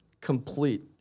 complete